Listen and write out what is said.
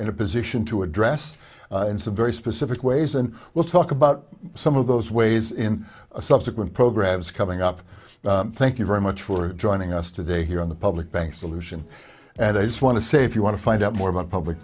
in a position to address in some very specific ways and we'll talk about some of those ways in a subsequent program is coming up thank you very much for joining us today here on the public bank solution and i just want to say if you want to find out more about public